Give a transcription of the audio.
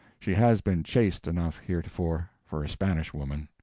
she has been chaste enough heretofore for a spanish woman.